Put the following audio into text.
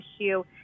issue